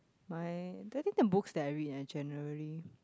why do you think the books that I read are generally